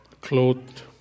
Clothed